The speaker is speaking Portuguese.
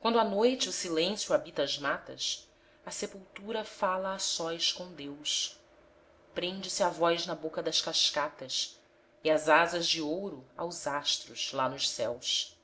quando à noite o silêncio habita as matas a sepultura fala a sós com deus prende se a voz na boca das cascatas e as asas de ouro aos astros lá nos céus